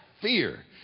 fear